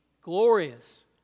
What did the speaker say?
glorious